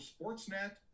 Sportsnet